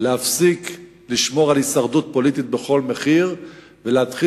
להפסיק לשמור על הישרדות פוליטית בכל מחיר ולהתחיל